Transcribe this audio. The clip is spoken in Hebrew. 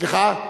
סליחה?